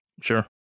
Sure